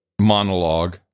monologue